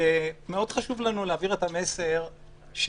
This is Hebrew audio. מאוד חשוב לנו להעביר את המסר שמעשה